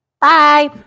Bye